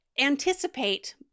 anticipate